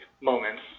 moments